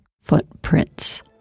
Footprints